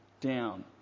down